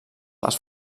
les